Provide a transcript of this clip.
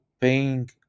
paying